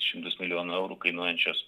šimtus milijonų eurų kainuojančios